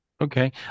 okay